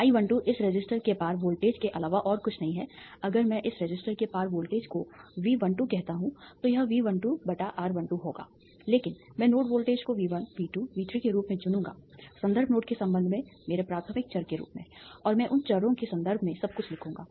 I12 इस resistor के पार वोल्टेज के अलावा और कुछ नहीं है अगर मैं इस रेसिस्टर के पार वोल्टेज को V12 कहता हूं तो यह V12 R12 होगा लेकिन मैं नोड वोल्टेज को V1 V2 V3 के रूप में चुनूंगा संदर्भ नोड के संबंध में मेरे प्राथमिक चर के रूप में और मैं उन चरों के संदर्भ में सब कुछ लिखूंगा